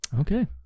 Okay